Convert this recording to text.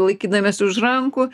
laikydamiesi už rankų